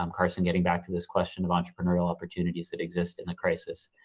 um carson getting back to this question of entrepreneurial opportunities that exist in a crisis,